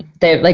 they like,